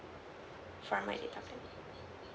from my data plan